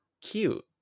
cute